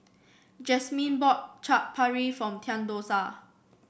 Jasmine bought Chaat Papri form Theodosia